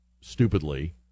stupidly